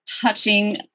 touching